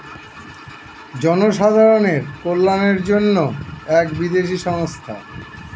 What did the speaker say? জনসাধারণের কল্যাণের জন্য এক বিদেশি সংস্থা